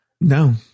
no